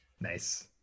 Nice